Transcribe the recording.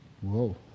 Whoa